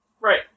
Right